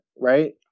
right